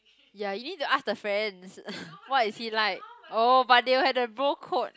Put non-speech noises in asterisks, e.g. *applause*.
ya you need to ask the friends *laughs* what is he like oh but they will have that bro code